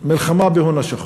ומלחמה בהון השחור.